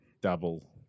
double